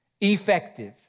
effective